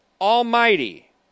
Almighty